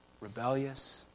rebellious